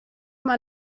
man